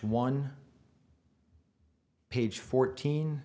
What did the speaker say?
one page fourteen